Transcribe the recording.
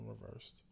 reversed